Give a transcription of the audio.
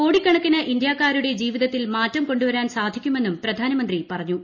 കോടിക്കണക്കിന് ഇന്ത്യാക്കാരുടെ ജീവിതത്തിൽ മാറും കൊണ്ടുവരാൻ സാധിക്കുമെന്നും പ്രധാനമന്ത്രി പറഞ്ഞു